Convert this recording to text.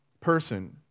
person